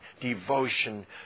Devotion